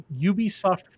Ubisoft